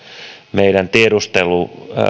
meidän